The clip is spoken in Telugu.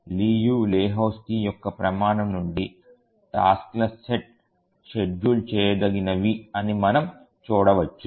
లియు లెహోజ్కీ యొక్క ప్రమాణం నుండి టాస్క్ ల సెట్ షెడ్యూల్ చేయదగినవి అని మనం చూడవచ్చు